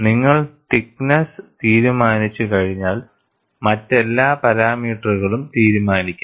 നിങ്ങൾ thickness തീരുമാനിച്ചുകഴിഞ്ഞാൽ മറ്റെല്ലാ പാരാമീറ്ററുകളും തീരുമാനിക്കാം